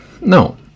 No